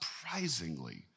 surprisingly